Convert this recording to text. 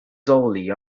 dolly